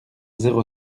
zéro